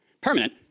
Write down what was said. permanent